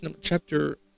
chapter